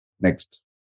Next